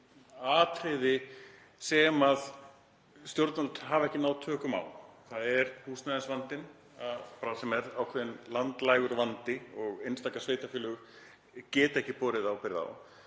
atriði sem stjórnvöld hafa ekki náð tökum á. Það er húsnæðisvandinn, sem er landlægur vandi og einstaka sveitarfélög geta ekki borið ábyrgð á.